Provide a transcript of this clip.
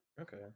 okay